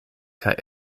kaj